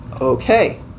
Okay